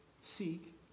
seek